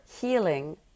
healing